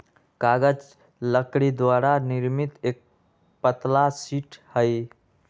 कागज लकड़ी द्वारा निर्मित एक पतला शीट हई